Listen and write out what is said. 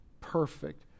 perfect